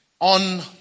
On